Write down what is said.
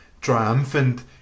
triumphant